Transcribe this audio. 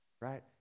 right